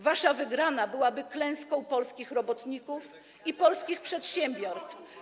Wasza wygrana byłaby klęską polskich robotników i polskich przedsiębiorstw.